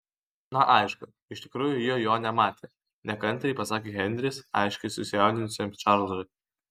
na aišku iš tikrųjų ji jo nematė nekantriai pasakė henris aiškiai susijaudinusiam čarlzui